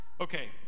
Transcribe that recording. Okay